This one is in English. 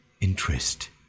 Interest